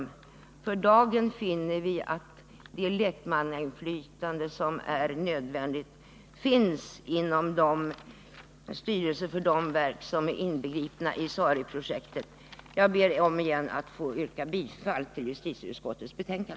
För dagen finner vi att det lekmannainflytande som är nödvändigt finns inom styrelserna för de verk som är inbegripna i SARI-projektet. Jag ber än en gång att få yrka bifall till justitieutskottets hemställan.